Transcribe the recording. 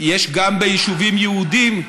יש גם ביישובים יהודיים.